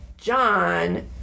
John